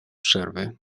przerwy